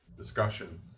discussion